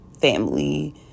family